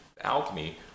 Alchemy